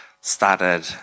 started